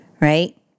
right